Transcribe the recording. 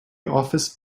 office